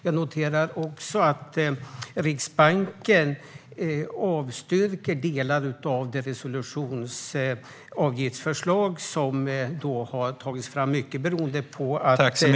Jag noterar också att Riksbanken avstyrker delar av det resolutionsavgiftsförslag som har tagits fram.